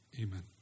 Amen